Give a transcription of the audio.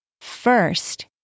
First